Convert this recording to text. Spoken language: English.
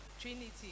Trinity